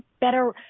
better